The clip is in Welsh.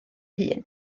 hun